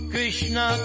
Krishna